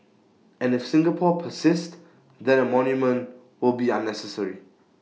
and if Singapore persists then A monument will be unnecessary